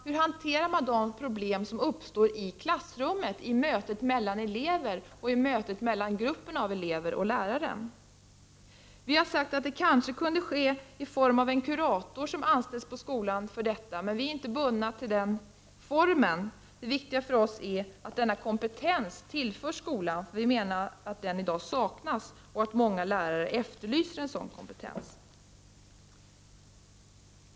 Hur hanterar man de problem som kan uppstå i klassrummet vid mötet mellan elever eller mellan gruppen elever och läraren? Vi har sagt att ett alternativ kan vara att en kurator anställs på skolan för detta ändamål. Men vi är inte bundna i det avseendet. Det viktiga för oss är att denna kompetens tillförs skolan, eftersom vi menar att den i dag saknas och att många lärare efterlyser sådan kompetens.